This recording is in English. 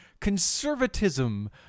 conservatism